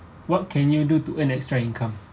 what can you do to earn extra income